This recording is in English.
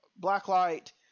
Blacklight